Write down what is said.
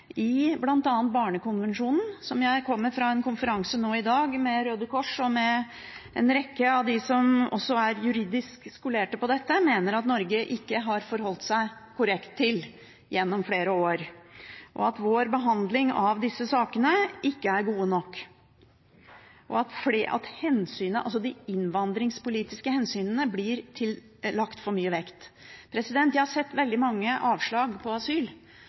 i bl.a. Barnekonvensjonen. Jeg var tidligere i dag på en konferanse med Røde Kors og en rekke andre deltagere som er juridisk skolert innenfor dette, og de mener at Norge ikke har forholdt seg korrekt til Barnekonvensjonen gjennom flere år, og at vår behandling av disse sakene ikke er god nok. De innvandringspolitiske hensynene blir tillagt for mye vekt. Jeg har sett veldig mange avslag på søknader om asyl,